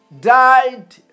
died